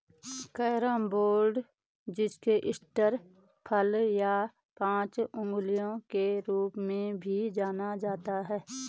carambola जिसे star फल या पांच अंगुलियों के रूप में भी जाना जाता है